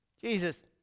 Jesus